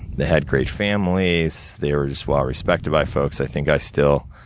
they had great families, they were just well respected by folks i think i still